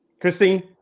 christine